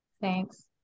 Thanks